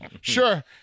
sure